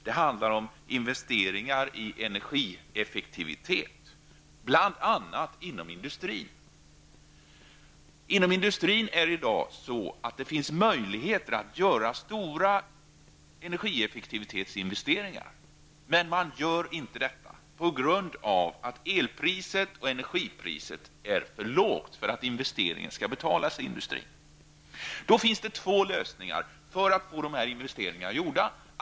Det handlar om investeringar i energieffektivitet, bl.a. inom industrin. Inom industrin finns det i dag möjligheter att göra stora energieffektivitetsinvesteringar. Detta görs inte, på grund av att el och energipriset är för lågt för att investeringen skall betalas i industrin. Det finns två sätt att få dessa investeringar gjorda.